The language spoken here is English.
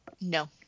No